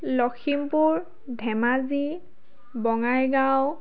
Lakhimpur Dhemaji Bongaigaon